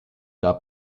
gab